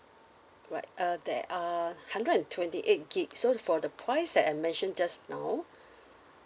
right uh there are uh hundred and twenty eight gig so for the price that I mentioned just now